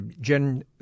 Gen